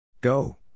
Go